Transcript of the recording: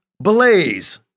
blaze